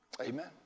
Amen